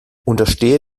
unterstehe